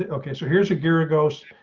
ah okay, so here's a year ago. so